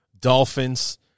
Dolphins